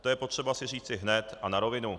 To je potřeba si říci hned a na rovinu.